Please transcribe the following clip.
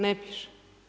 Ne piše.